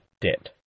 debt